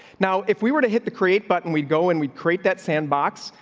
now, if we were to hit the create button, we go and we create that sandbox.